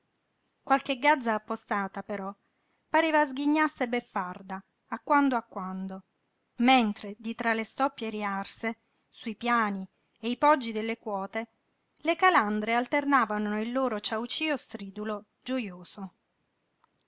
qualche gazza appostata però pareva sghignasse beffarda a quando a quando mentre di tra le stoppie riarse sui piani e i poggi delle quote le calandre alternavano il loro ciaucío stridulo giojoso